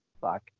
fuck